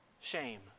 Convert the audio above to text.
shame